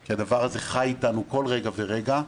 כי הדבר הזה חי איתנו בכל רגע ורגע.